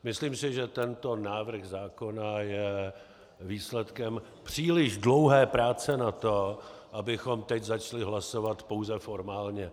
Myslím si, že tento návrh zákona je výsledkem příliš dlouhé práce na to, abychom teď začali hlasovat pouze formálně.